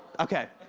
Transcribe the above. okay,